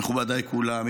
מכובדיי כולם,